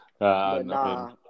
Nah